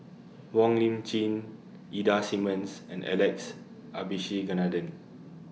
Wong Lip Chin Ida Simmons and Alex Abisheganaden